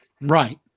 right